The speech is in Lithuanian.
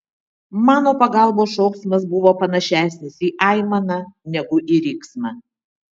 mano pagalbos šauksmas buvo panašesnis į aimaną negu į riksmą